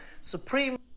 Supreme